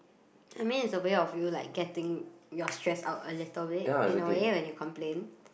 I mean it's a way of you like getting your stress out a little bit in a way when you complain